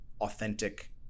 authentic